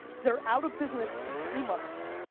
they're out of business in three months,